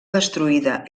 destruïda